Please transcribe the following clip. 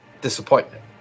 disappointment